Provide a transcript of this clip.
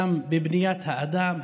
גם בבניית האדם,